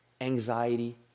anxiety